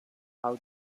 how